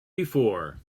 before